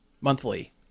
monthly